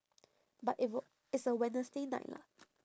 but it wa~ it's a wednesday night lah